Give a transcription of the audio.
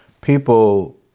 people